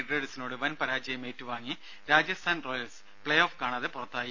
L റൈഡേഴ്സിനോട് വൻ പരാജയം ഏറ്റുവാങ്ങി രാജസ്ഥാൻ റോയൽസ് പ്പേ ഓഫ് കാണാതെ പുറത്തായി